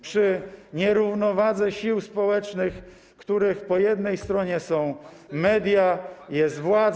przy nierównowadze sił społecznych, w którym po jednej stronie są media, jest władza.